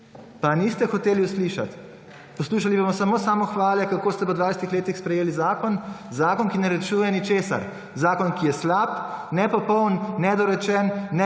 Pa niste hoteli uslišati. Poslušali bomo samo samohvale kako ste po 20. letih sprejeli zakon, zakon ki ne rešuje ničesar, zakon ki je slab, nepopoln, nedorečen,